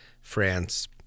France